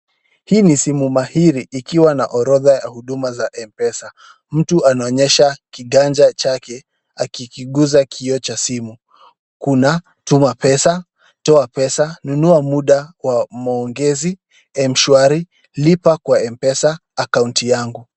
Hii simu mahiri ikiwa na orodha ya Huduma za Mpesa. Mtu anaonyesha kiganja chake akikiguza kioo cha simu. Kuna, tuma pesa, toa pesa, nunua muda wa maongezi, Mshwari, lipa kwa Mpesa, akaunti yangu.